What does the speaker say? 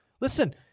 Listen